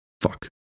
Fuck